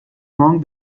among